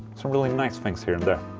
some really nice things here and there